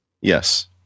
Yes